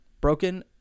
broken